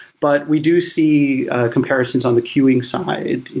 but we do see comparisons on the queuing side,